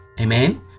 Amen